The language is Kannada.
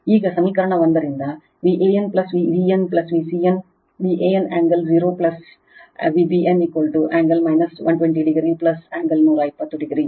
ಈಗ ಸಮೀಕರಣ 1 ರಿಂದ Van Vbn Vcn Van angle 0 o Vbn angle 120 o angle 120 o